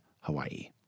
Hawaii